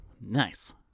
Nice